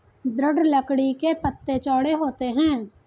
दृढ़ लकड़ी के पत्ते चौड़े होते हैं